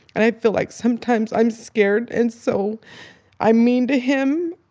and i feel like sometimes i'm scared. and so i'm mean to him